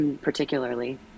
particularly